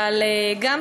וגם על סבלנות,